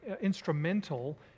instrumental